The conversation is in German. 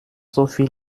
soviel